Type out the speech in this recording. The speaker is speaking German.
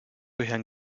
herrn